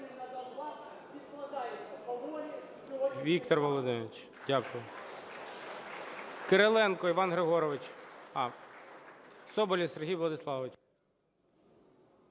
Віктор Володимирович, дякую. Кириленко Іван Григорович. Соболєв Сергій Владиславович.